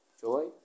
joy